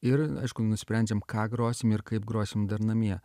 ir aišku nusprendžiam ką grosim ir kaip grosim dar namie